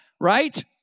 right